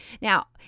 Now